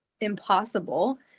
impossible